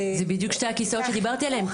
זה בדיוק שני הכסאות שדיברתי עליהם.